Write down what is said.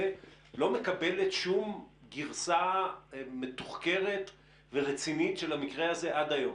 לא מקבלת שום גרסה מתוחקרת ורצינית של המקרה הזה עד היום?